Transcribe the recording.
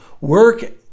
work